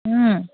ও